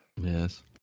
Yes